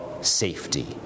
safety